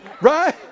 Right